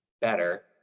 better